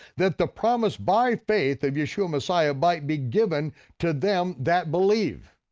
that the promise by faith of yeshua messiah might be given to them that believe.